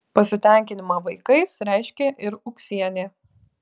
pasitenkinimą vaikais reiškė ir ūksienė